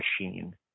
machine